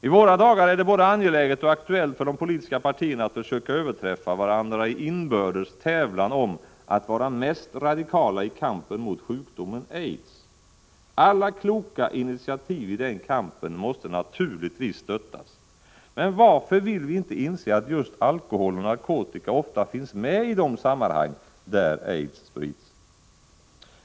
I våra dagar är det både angeläget och aktuellt för de politiska partierna att försöka överträffa varandra i inbördes tävlan om att vara mest radikala i kampen mot sjukdomen aids. Alla kloka initiativ i den kampen måste naturligtvis stöttas, men varför vill vi inte inse att just alkohol och narkotika ofta finns med i de sammanhang där aids sprids?